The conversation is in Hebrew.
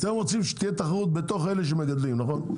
אתם רוצים שתהיה תחרות בתוך אלו שמגדלים, נכון?